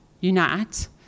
unite